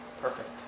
perfect